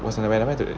was when I went to the